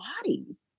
bodies